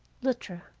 luttra